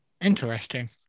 Interesting